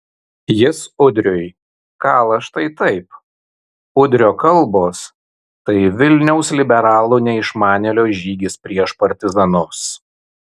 jis udriui kala štai taip udrio kalbos tai vilniaus liberalų neišmanėlio žygis prieš partizanus